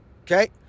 okay